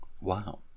Wow